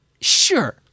Sure